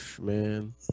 man